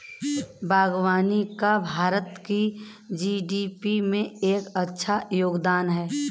बागवानी का भारत की जी.डी.पी में एक अच्छा योगदान है